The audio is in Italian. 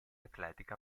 atletica